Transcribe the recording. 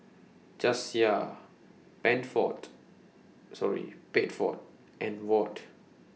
Jasiah sorry Bedford and Ward